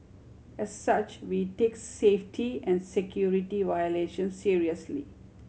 as such we take safety and security violations seriously